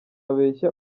abeshya